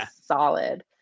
solid